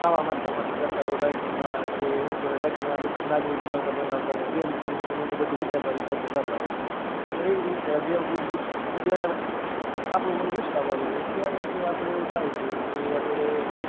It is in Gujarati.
કાવા મારતા મારતા જતાં હોય બાઇકમાં કે હું કહેવાય બાઇકને આમ એકદમ નાગની બનાવતા બનાવતા અને પ્રેમથી ઓલું કે બધું વિચારતાં વિચારતાં જતા હોય અને એવીજ રીતિ આપણું મન ગુસ્સાવાળું હોય ત્યારે તે આપણે એવું થાય કે તે આપણે